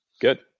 Good